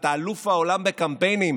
אתה אלוף העולם בקמפיינים,